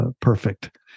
perfect